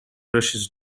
rushes